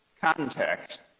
context